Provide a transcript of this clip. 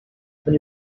when